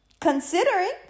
Considering